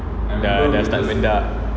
ya dah start mendak